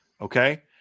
okay